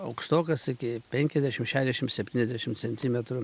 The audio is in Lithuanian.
aukštokas iki penkiasdešim šešiasdešim septyniasdešim centimetrų